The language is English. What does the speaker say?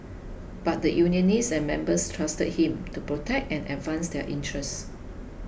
but the unionists and members trusted him to protect and advance their interests